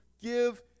give